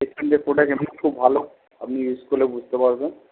এশিয়ানদের product এমনিতে খুব ভালো আপনি ইউজ করলে বুঝতে পারবেন